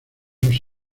sus